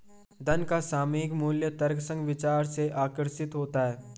धन का सामयिक मूल्य तर्कसंग विचार से आकर्षित होता है